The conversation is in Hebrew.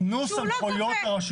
שהוא לא גובה.